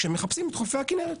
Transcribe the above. כשמחפשים את חופי הכינרת.